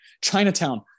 Chinatown